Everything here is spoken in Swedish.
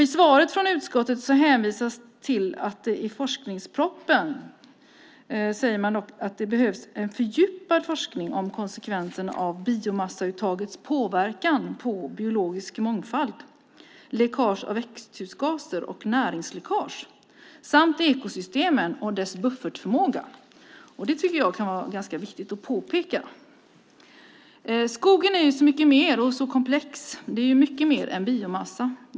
I svaret från utskottet hänvisas till att det i forskningspropositionen sägs att det behövs en fördjupad forskning om konsekvenserna av biomassauttagets påverkan på biologisk mångfald, läckage av växthusgaser och näringsläckage samt ekosystemen och dess buffertförmåga. Det tycker jag kan vara viktigt att påpeka. Skogen är så mycket mer och är så komplex. Den är mycket mer än biomassa.